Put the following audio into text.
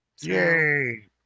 Yay